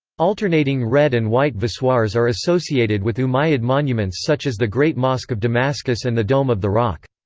alternating red and white voussoirs are associated with umayyad monuments such as the great mosque of damascus and the dome of the rock.